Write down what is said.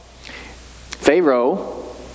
Pharaoh